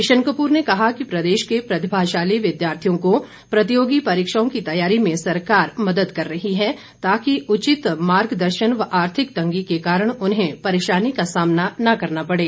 किशन कप्र ने कहा कि प्रदेश के प्रतिभाशाली विद्यार्थियों को प्रतियोगी परीक्षाओं की तैयारी में सरकार मदद कर रही है ताकि उचित मार्ग दर्शन व आर्थिक तंगी के कारण उन्हें परेशानी का सामना न करना पड़ें